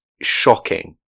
shocking